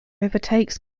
overtakes